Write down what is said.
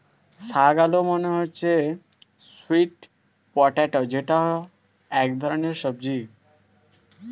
শাক আলু মানে হচ্ছে স্যুইট পটেটো যেটা এক ধরনের সবজি